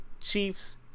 Chiefs